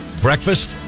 Breakfast